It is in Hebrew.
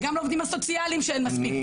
וגם לעובדים הסוציאליים שאין מספיק.